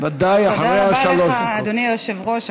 ואחריה איילת ורבין.